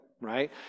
right